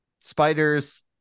spiders